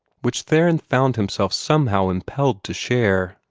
which theron found himself somehow impelled to share.